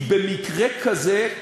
כי במקרה כזה,